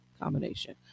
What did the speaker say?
combination